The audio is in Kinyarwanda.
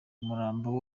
umurambo